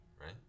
right